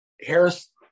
Harris